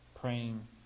Praying